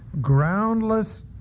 groundless